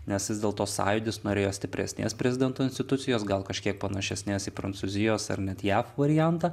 nes vis dėlto sąjūdis norėjo stipresnės prezidento institucijos gal kažkiek panašesnės į prancūzijos ar net jav variantą